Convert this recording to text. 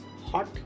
hot